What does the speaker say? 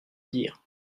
dire